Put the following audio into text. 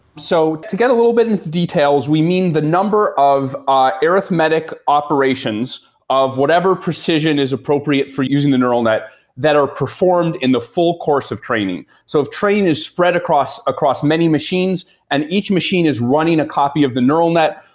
so to get a little bit into details, we mean the number of arithmetic operations of whatever precision is appropriate for using the neural net that are performed in the full course of training. so if train is spread across across many machines and each machine is running a copy of the neural net,